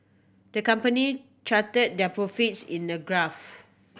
the company charted their profits in a graph